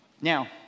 Now